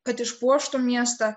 kad išpuoštų miestą